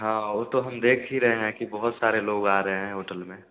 हाँ वह तो हम देख ही रहे हैं कि बहुत सारे लोग आ रहे हैं होटल में